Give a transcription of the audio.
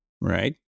right